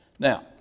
Now